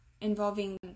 involving